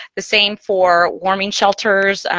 the same for warming shelters.